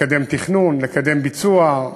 לקדם תכנון, לקדם ביצוע.